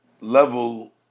level